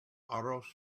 auto